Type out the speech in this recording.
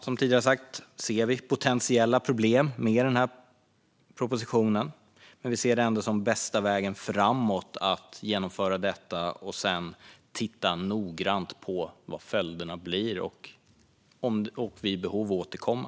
Som tidigare sagt ser vi potentiella problem med propositionen, men vi ser det ändå som den bästa vägen framåt att genomföra detta, titta noggrant på vad följderna blir och vid behov återkomma.